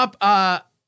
up